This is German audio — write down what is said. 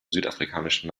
südafrikanischen